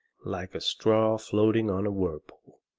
like a straw floating on a whirlpool.